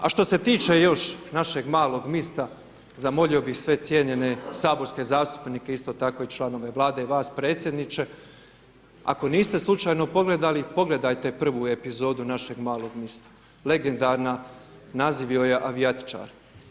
A što se tiče još Našeg malog mista, zamolio bi sve cijenjene saborske zastupnike isto tako i članove Vlade i vas predsjedniče, ako niste slučajno pogledali, pogledajte prvu epizodu Našeg malog mista, legendarna naziv joj je avijatičar.